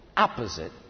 Opposite